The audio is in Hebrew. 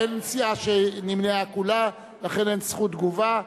אין סיעה שנמנעה כולה, ולכן אין זכות תגובה.